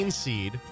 seed